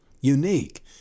unique